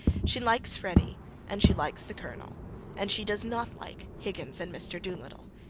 she likes freddy and she likes the colonel and she does not like higgins and mr. doolittle.